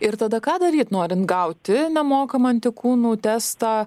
ir tada ką daryt norint gauti nemokamą antikūnų testą